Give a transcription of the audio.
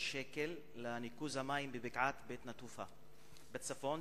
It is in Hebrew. שקל לניקוז המים בבקעת בית-נטופה בצפון,